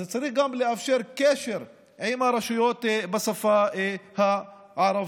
אז צריך גם לאפשר קשר עם הרשויות בשפה הערבית.